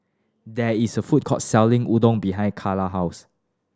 there is a food court selling Udon behind Kylan house